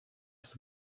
das